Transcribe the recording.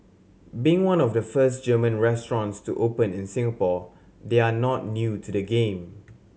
being one of the first German restaurants to open in Singapore they are not new to the game